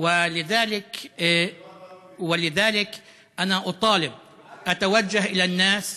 לפיכך אני פונה לאנשים